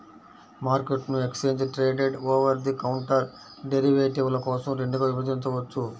మార్కెట్ను exchange traded, over the counter డెరివేటివ్ల కోసం రెండుగా విభజించవచ్చు